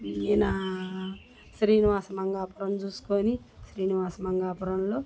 ఈయన శ్రీనివాస మంగాపురం చూసుకోని శ్రీనివాస మంగాపురంలో